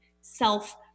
Self